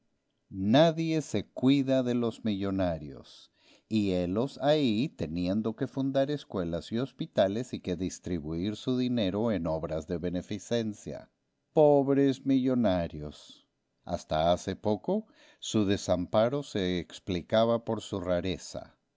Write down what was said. nadie se cuida de los millonarios y helos ahí teniendo que fundar escuelas y hospitales y que distribuir su dinero en obras de beneficencia pobres millonarios hasta hace poco su desamparo se explicaba por su rareza